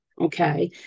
Okay